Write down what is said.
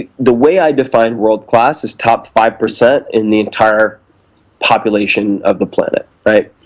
the the way i define world-class is top five percent in the entire population of the planet, right?